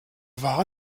war